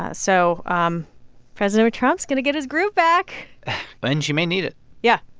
ah so um president trump's going to get his groove back but and she may need it yeah.